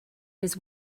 his